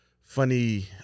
Funny